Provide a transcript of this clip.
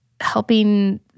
helping